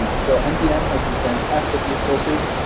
so mdm has some fantastic resources.